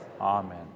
Amen